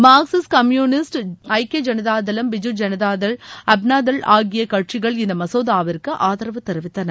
Marxist communist ஐக்கிய ஐனதா தளம் பிஜூ ஜனதா தள் அப்னாதள் ஆகிய கட்சிகள் இந்த மசோதாவிற்கு ஆதரவு தெரிவித்தன